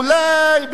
אולי,